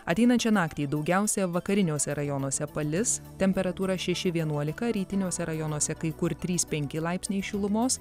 ateinančią naktį daugiausia vakariniuose rajonuose palis temperatūra šeši vienuolika rytiniuose rajonuose kai kur trys penki laipsniai šilumos